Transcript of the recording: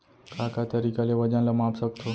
का का तरीक़ा ले वजन ला माप सकथो?